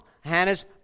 Hannah's